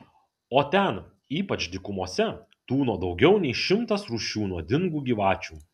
o ten ypač dykumose tūno daugiau nei šimtas rūšių nuodingų gyvačių